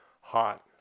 hot